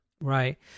right